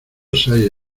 seis